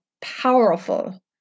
powerful